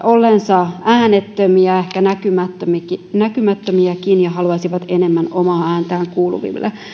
olleensa äänettömiä ehkä näkymättömiäkin näkymättömiäkin ja haluaisivat enemmän omaa ääntään kuuluville